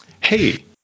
Hey